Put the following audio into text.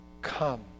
Come